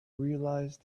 realize